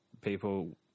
people